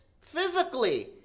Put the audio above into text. physically